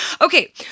Okay